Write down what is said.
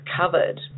covered